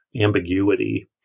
ambiguity